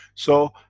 so,